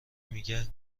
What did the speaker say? میگه